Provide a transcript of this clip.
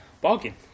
Bargain